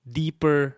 deeper